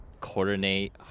coordinate